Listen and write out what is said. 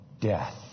death